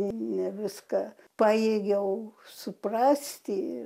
ne viską pajėgiau suprasti